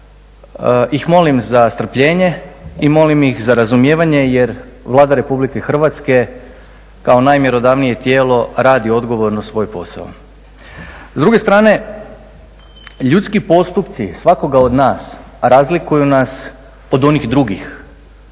ih molim za strpljenje i molim ih za razumijevanje jer Vlada Republike Hrvatske kao najmjerodavnije tijelo radi odgovorno svoj posao. S druge strane ljudski postupci svakoga od nas razlikuju nas od onih drugih,